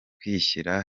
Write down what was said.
kwishyira